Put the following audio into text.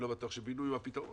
אני לא בטוח שבינוי הוא הפתרון,